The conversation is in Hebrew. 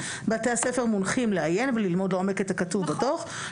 בתי הספר מונחים לעיין וללמוד לעומק את הכתוב בדוח,